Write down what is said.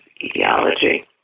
etiology